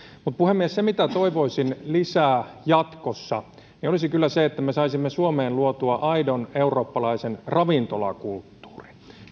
mutta puhemies se mitä toivoisin lisää jatkossa olisi kyllä se että me saisimme suomeen luotua aidon eurooppalaisen ravintolakulttuurin